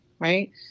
Right